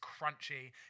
crunchy